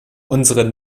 unsere